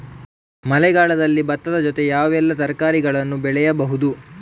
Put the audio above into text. ಮಳೆಗಾಲದಲ್ಲಿ ಭತ್ತದ ಜೊತೆ ಯಾವೆಲ್ಲಾ ತರಕಾರಿಗಳನ್ನು ಬೆಳೆಯಬಹುದು?